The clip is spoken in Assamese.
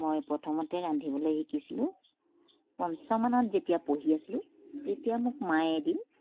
মই প্ৰথমতে ৰান্ধিবলৈ শিকিছিলোঁ পঞ্চমমানত যেতিয়া পঢ়ি আছিলোঁ তেতিয়া মোক মায়ে এদিন